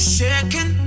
second